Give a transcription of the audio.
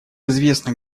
известно